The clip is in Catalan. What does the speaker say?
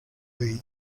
rei